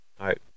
right